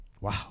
Wow